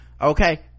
Okay